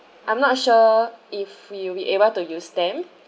I'm not sure if we will be able to use them